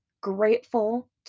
grateful